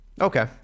Okay